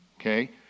Okay